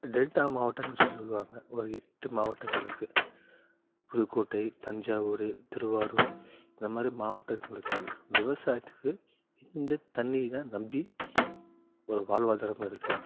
delta மாவட்டம்னு சொல்லி சொல்வாங்க ஒரு எட்டு மாவட்டங்கள் இருக்குது புதுக்கோட்டை தஞ்சாவூர் திருவாரூர் இந்தமாதிரி மாவட்டங்களுக்கு விவசாயத்துக்கு இந்த தண்ணியை தான் நம்பி ஒரு வாழ்வாதாரமாக இருக்குது